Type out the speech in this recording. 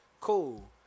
Cool